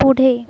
पुढे